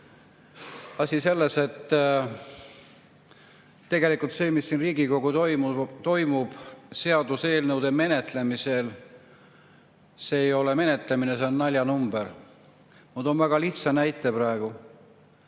Asi selles, et tegelikult see, mis siin Riigikogus toimub seaduseelnõude menetlemisel, ei ole menetlemine, see on naljanumber. Ma toon väga lihtsa näite praegu.